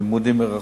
לימודים מרחוק.